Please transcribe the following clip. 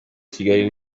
kigali